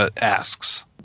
asks